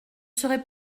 serai